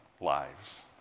lives